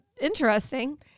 interesting